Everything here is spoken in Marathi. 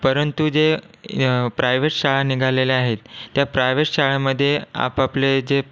परंतु जे प्रायव्हेट शाळा निघालेल्या आहेत त्या प्रायव्हेट शाळांमध्ये आपापले जे पा